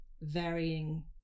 varying